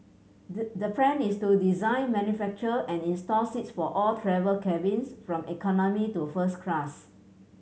the the plan is to design manufacture and install seats for all travel cabins from economy to first class